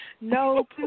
No